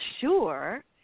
sure